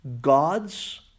God's